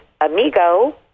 amigo